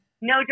No